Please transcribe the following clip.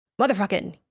motherfucking